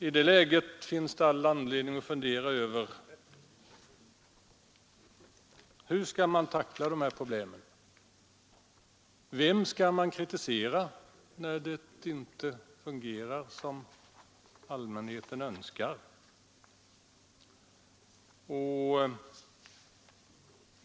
I det läget finns det all anledning att fundera över hur man skall tackla sjukvårdsproblemen. Vem skall man kritisera när det inte fungerar som allmänheten önskar?